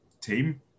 team